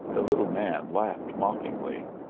the little man laughed mockingly.